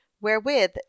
Wherewith